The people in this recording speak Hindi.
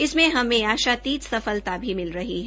इसमें हमें आशातीत सफलता भी मिल रही है